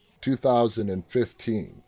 2015